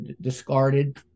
discarded